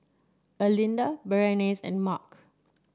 Erlinda Berenice and Mark